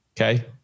okay